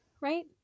right